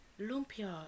lumpia